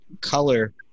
color